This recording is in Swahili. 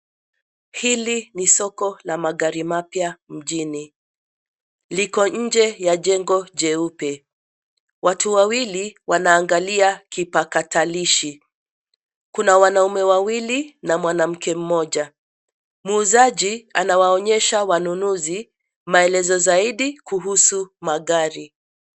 Hili ni soko la magari mapya mjini. Liko nje ya jengo jeupe. Watu wawili wanaangalia kipakatalishi. Kuna wanaume wawili na mwanamke mmoja. Muuzaji anawaonyesha wanunuzi maelezo zaidi kuhusu magari.